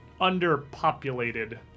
underpopulated